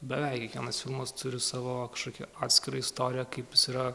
beveik kiekvienas filmas turi savo kažkokią atskirą istoriją kaip jis yra